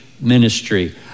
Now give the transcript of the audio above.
Ministry